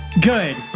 good